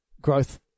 growth